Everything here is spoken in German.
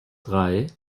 drei